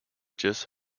jess